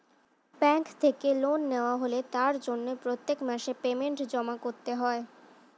bank থেকে loan নেওয়া হলে তার জন্য প্রত্যেক মাসে পেমেন্ট জমা করতে হয়